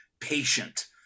patient